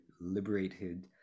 liberated